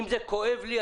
אם זה כואב לי,